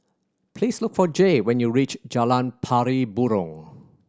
please look for Jay when you reach Jalan Pari Burong